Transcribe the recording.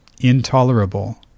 intolerable